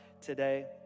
today